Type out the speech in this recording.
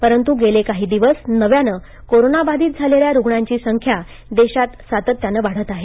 परंतु गेले काही दिवस नव्याने कोरोनाबाधित झालेल्या रुग्णांची संख्या देशात सातत्यानं वाढत आहे